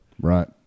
Right